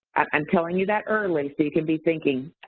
i'm telling you that early so you can be thinking.